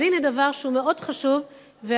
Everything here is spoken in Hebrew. אז הנה דבר שהוא מאוד חשוב וההתערבות